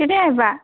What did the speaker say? কেতিয়া আহিবা